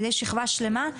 על ידי שכבה שלמה,